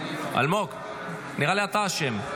זה מפריע בהצבעה.